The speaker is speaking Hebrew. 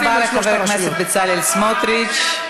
תודה רבה לחבר הכנסת בצלאל סמוטריץ.